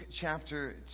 chapter